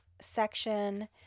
section